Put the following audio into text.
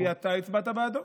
כי אתה הצבעת בעדו.